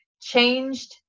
changed